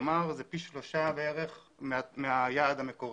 כלומר, זה בערך פי שלושה מהיעד המקורי.